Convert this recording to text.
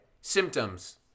symptoms